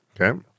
Okay